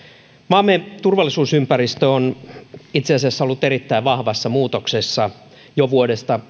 maamme turvallisuusympäristö on itse asiassa ollut erittäin vahvassa muutoksessa jo vuodesta